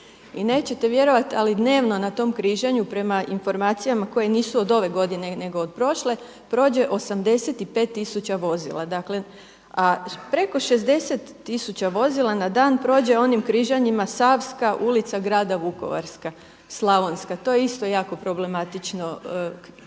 I nećete vjerovati ali dnevno na tom križanju prema informacijama koje nisu od ove godine nego od prošle prođe 85 tisuća vozila. Dakle a preko 60 tisuća vozila na dan prođe onim križanjima Savska-Ulica Grada Vukovara, Slavonska, to je isto problematično križanje